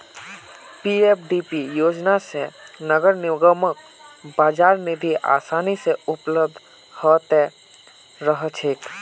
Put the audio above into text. PFDP योजना स नगर निगमक बाजार निधि आसानी स उपलब्ध ह त रह छेक